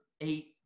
eight